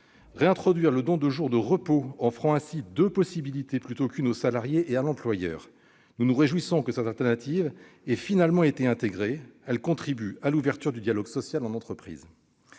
réintroduit le don de jours de repos, offrant ainsi deux possibilités plutôt qu'une au salarié et à l'employeur- nous nous réjouissons que cette alternative ait finalement été intégrée : elle contribue à l'ouverture du dialogue social dans l'entreprise.